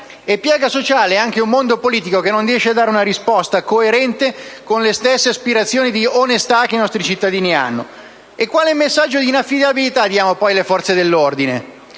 E piaga sociale è anche un mondo politico che non riesce a dare una risposta coerente con le aspirazioni di onestà che i nostri cittadini hanno. Quale messaggio di inaffidabilità diamo poi alle forze dell'ordine?